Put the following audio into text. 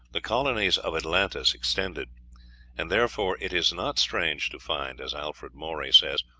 the colonies of atlantis extended and therefore it is not strange to find, as alfred maury says,